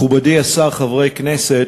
מכובדי השר, חברי הכנסת,